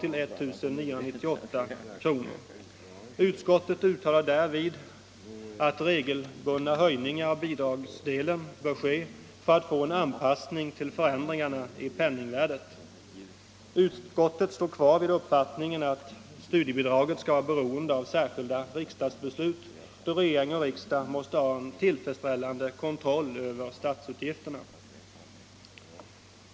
till 1998 kr. Utskottet uttalade därvid att regelbundna höjningar av bidragsdelen bör ske för att få en anpassning till förändringarna i penningvärde. Utskottet står kvar vid uppfattningen att studiebidraget skall vara beroende av särskilda riksdagsbeslut, då regering och riksdag måste ha en tillfredsställande kontroll över statsutgifterna.